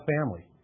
family